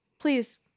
please